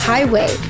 Highway